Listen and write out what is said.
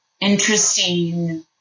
interesting